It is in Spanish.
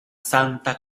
santa